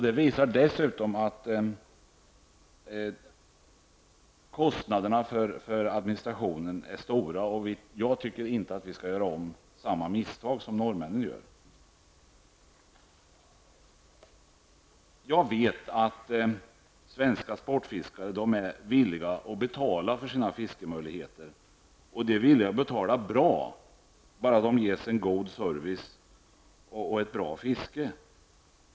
Det visar sig dessutom att kostnaderna för administrationen är stora. Jag tycker inte att vi skall göra om det misstaget som norrmännen har gjort. Jag vet att svenska sportfiskare är villiga att betala för sina möjligheter att få fiska, och de är villiga att betala bra, bara de får en god service och ett bra fiske.